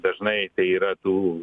dažnai tai yra tų